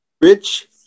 Rich